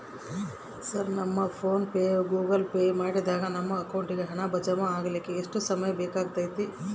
Sir PhonePe ಅಥವಾ Google pay ಮಾಡಿದಾಗ ನಮ್ಮ ಅಕೌಂಟಿಗೆ ಹಣ ಜಮಾ ಆಗಲಿಕ್ಕೆ ಎಷ್ಟು ಸಮಯ ಬೇಕಾಗತೈತಿ?